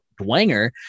dwanger